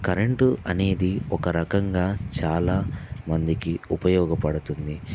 current అనేది ఒక రకంగా చాలా మందికి ఉపయోగం పడుతుంది